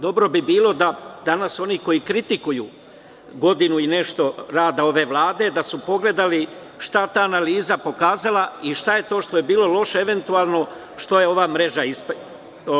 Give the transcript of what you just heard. Dobro bi bilo da danas oni koji kritikuju godinu i nešto rada ove Vlade da su pogledali šta ta analiza pokazuje i šta je to što je bilo loše što je ova mreža ispravila.